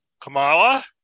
Kamala